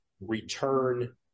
return